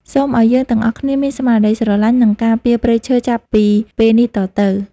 សូមឱ្យយើងទាំងអស់គ្នាមានស្មារតីស្រឡាញ់ និងការពារព្រៃឈើចាប់ពីពេលនេះតទៅ។